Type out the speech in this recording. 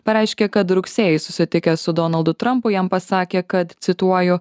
pareiškė kad rugsėjį susitikę su donaldu trampu jam pasakė kad cituoju